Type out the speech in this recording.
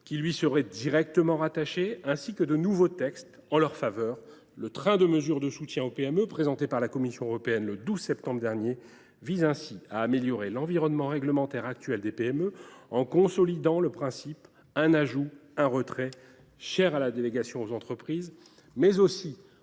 qui lui serait directement rattaché, ainsi que de nouveaux textes en leur faveur. Le train de mesures de soutien aux PME présenté par la Commission européenne le 12 septembre dernier vise ainsi à améliorer l’environnement réglementaire actuel des PME en consolidant le principe « un ajout, un retrait » cher à la délégation aux entreprises, mais aussi en